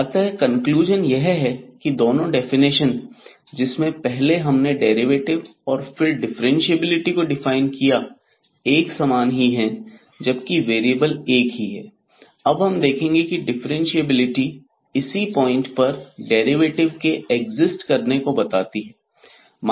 अतः कंक्लूजन यह है कि दोनों डेफिनेशन जिसमें पहले हमने डेरिवेटिव और फिर डिफरेंटशिएबिलिटी को डिफाइन किया एक समान ही हैं जबकि वेरिएबल एक ही है अब हम यह देखेंगे की डिफरेंटशिएबिलिटी इसी पॉइंट पर डेरिवेटिव के एक्सिस्ट करने को बताती हैं